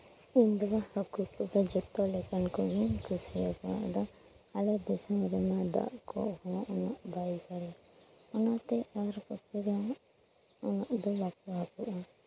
ᱤᱧ ᱫᱚ ᱡᱚᱛᱚ ᱞᱮᱠᱟᱱ ᱠᱚᱜᱮᱧ ᱠᱩᱥᱤᱭᱟᱠᱚᱣᱟ ᱟᱞᱮ ᱫᱤᱥᱚᱢ ᱨᱮᱱᱟᱜ ᱫᱟᱜ ᱠᱚ ᱩᱱᱟᱹᱜ ᱵᱟᱭ ᱥᱚᱣᱟ ᱚᱱᱟ ᱛᱮ ᱟᱨ ᱠᱚᱣᱟᱜ ᱩᱱᱟᱹᱜ ᱫᱚ ᱵᱟᱠᱚ ᱦᱟᱹᱠᱩᱜᱼᱟ